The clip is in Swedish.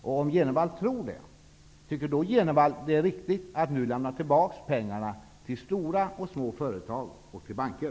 Och om han tror det, tycker han då att det är riktigt att nu lämna tillbaka pengarna till stora och små företag liksom till banker?